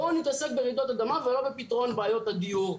בואו נתעסק ברעידות אדמה ולא בפתרון בעיות הדיור.